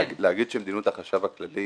להגיד שמדיניות החשב הכללי